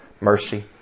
mercy